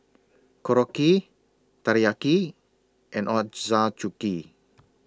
Korokke Teriyaki and Ochazuke